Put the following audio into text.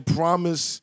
promise